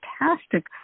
fantastic